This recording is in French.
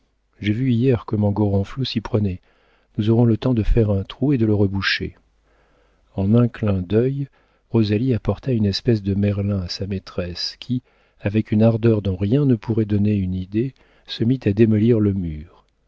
j'ai vu hier comment gorenflot s'y prenait nous aurons le temps d'y faire un trou et de le reboucher en un clin d'œil rosalie apporta une espèce de merlin à sa maîtresse qui avec une ardeur dont rien ne pourrait donner une idée se mit à démolir le mur